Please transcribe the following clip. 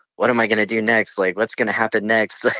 what am i going to do next? like, what's going to happen next? like,